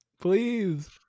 Please